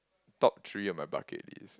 top three of my bucket list